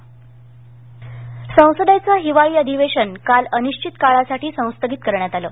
संसद संसदेचं हिवाळी अधिवेशन काल अनिश्वित काळासाठी संस्थगित करण्यात आलं